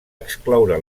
excloure